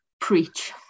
Preach